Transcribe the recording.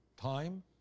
time